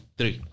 Three